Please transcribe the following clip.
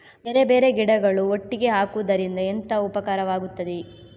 ಬೇರೆ ಬೇರೆ ಗಿಡಗಳು ಒಟ್ಟಿಗೆ ಹಾಕುದರಿಂದ ಎಂತ ಉಪಕಾರವಾಗುತ್ತದೆ?